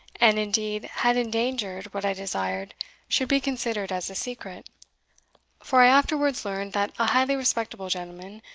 and indeed had endangered what i desired should be considered as a secret for i afterwards learned that a highly respectable gentleman,